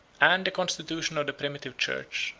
and the constitution of the primitive church,